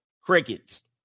Crickets